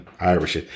Irish